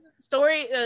Story